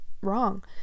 wrong